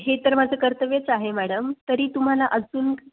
हे तर माझं कर्तव्यच आहे मॅडम तरी तुम्हाला अजून